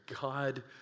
God